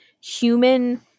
human